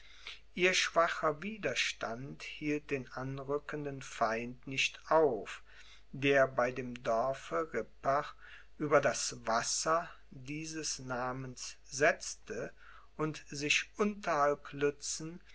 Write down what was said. ihr schwacher widerstand hielt den anrückenden feind nicht auf der bei dem dorfe rippach über das wasser dieses namens setzte und sich